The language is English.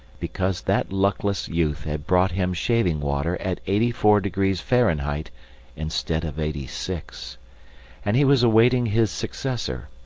because that luckless youth had brought him shaving-water at eighty-four degrees fahrenheit instead of eighty-six and he was awaiting his successor,